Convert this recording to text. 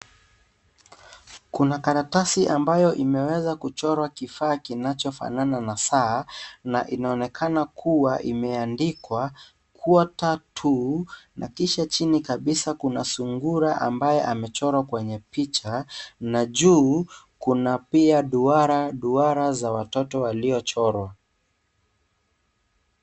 Kuna karatasi ambayo imeweza kuchorwa kifaa kinachofanana na saa, na inaonekana kuwa imeandikwa Quarter to na kisha chini kabisa kuna sungura ambaye amechorwa kwenye picha na juu kuna pia duara, duara za watoto waliochorwa.